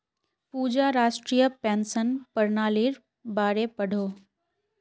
पूजा राष्ट्रीय पेंशन पर्नालिर बारे पढ़ोह